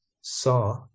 saw